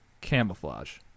Camouflage